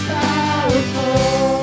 powerful